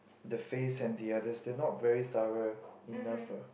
the face and the others they are not very thorough enough lah